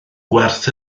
gwerth